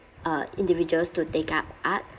uh individuals to take up art